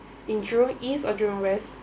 in jurong east or jurong west